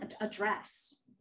address